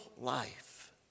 life